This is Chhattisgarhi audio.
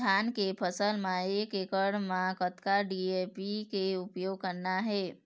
धान के फसल म एक एकड़ म कतक डी.ए.पी के उपयोग करना हे?